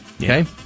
Okay